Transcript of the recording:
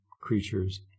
creatures